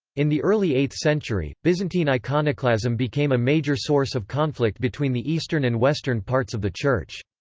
in the early eighth century, byzantine iconoclasm became a major source of conflict between the eastern and western parts of the church.